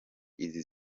izi